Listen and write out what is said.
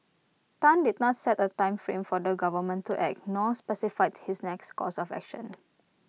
Tan did not set A time frame for the government to act nor specified his next course of action